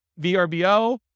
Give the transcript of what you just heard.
VRBO